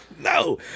No